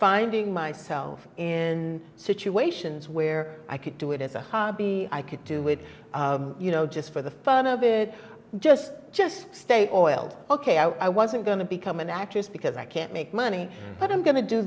finding myself in situations where i could do it as a hobby i could do it you know just for the fun of it just just stay or oiled ok i wasn't going to become an actress because i can't make money but i'm going to do